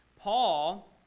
Paul